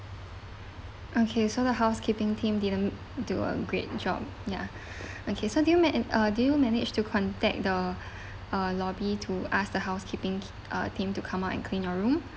okay so the housekeeping team didn't do a great job ya okay so do you met uh do you managed to contact the uh lobby to ask the housekeeping uh team to come out and clean your room